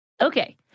Okay